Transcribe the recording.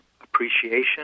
appreciation